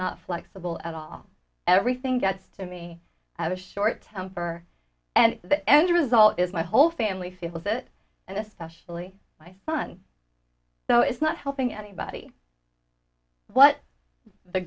not flexible at all everything gets to me as a short temper and the end result is my whole family feels it and especially my son so it's not helping anybody what the